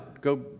go